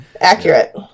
Accurate